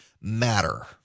matter